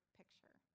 picture